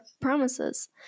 promises